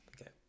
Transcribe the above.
okay